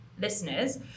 listeners